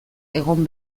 egon